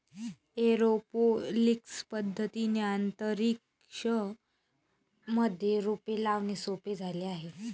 aeroponics पद्धतीने अंतरिक्ष मध्ये रोपे लावणे सोपे झाले आहे